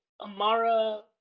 Amara